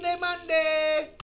Monday